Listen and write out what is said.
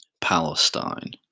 palestine